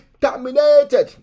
terminated